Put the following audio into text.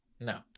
No